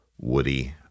Woody